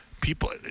people